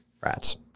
Rats